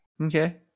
Okay